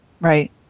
Right